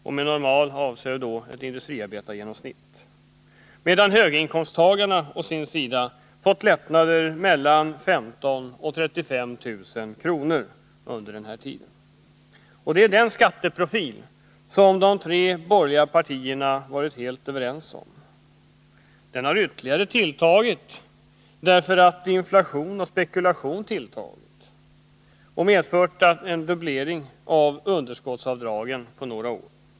— och med normal inkomst avses då ett industriarbetargenomsnitt —, medan höginkomsttagarna under den här tiden har fått lättnader på mellan 15 000 och 35 000 kr. Det är den skatteprofil som de tre borgerliga partierna varit helt överens om. Den har ytterligare skärpts därför att inflation och spekulation tilltagit och medfört en dubblering av underskottsavdragen på några år.